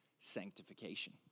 sanctification